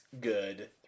good